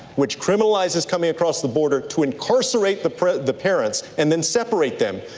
which criminalizes coming across the border to incarcerate the the parents and then separate them.